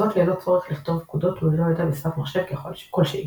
זאת ללא צורך לכתוב פקודות וללא ידע בשפת מחשב כל שהיא.